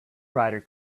writer